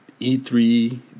E3